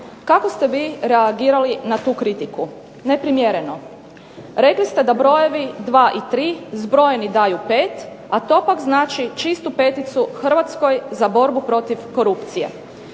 Kako ste vi reagirali na tu kritiku? Neprimjereno. Rekli ste da brojevi dva i tri, zbrojeni daju pet, a to pak znači čistu peticu Hrvatskoj za borbu protiv korupcije.